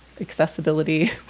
accessibility